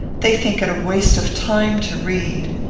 they think it waste of time to read.